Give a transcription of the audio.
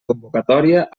convocatòria